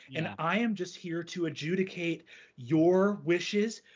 and i am just here to adjudicate your wishes.